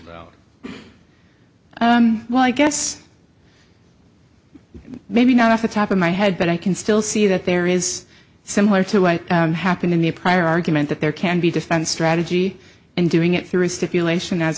have well i guess maybe not off the top of my head but i can still see that there is similar to what happened in the prior argument that there can be defense strategy and doing it through stipulation as